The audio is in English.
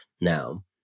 now